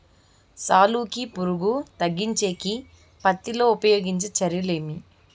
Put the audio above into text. సాలుకి పులుగు తగ్గించేకి పత్తి లో ఉపయోగించే చర్యలు ఏమి?